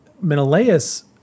Menelaus